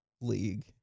league